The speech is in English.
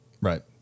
Right